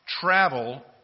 travel